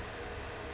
S